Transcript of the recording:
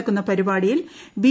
നടക്കുന്ന പരിപാടിയിൽ ബി